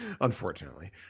Unfortunately